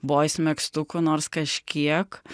boys megztukų nors kažkiek